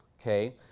Okay